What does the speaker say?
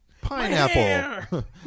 pineapple